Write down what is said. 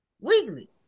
weekly